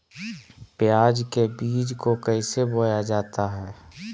प्याज के बीज को कैसे बोया जाता है?